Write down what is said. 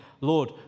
Lord